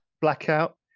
Blackout